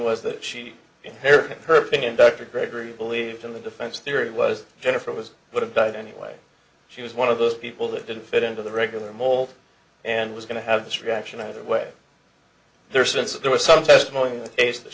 was that she inherited her opinion dr gregory believed in the defense theory was jennifer was would have died anyway she was one of those people that didn't fit into the regular mold and was going to have this reaction either way there since there was some testimony is that